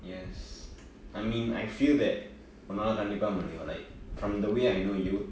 yes I mean I feel that உன்னால கண்டிப்பா முடியும்:unnala kandippaa mudiyum like from the way I know you